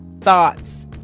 thoughts